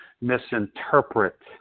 misinterpret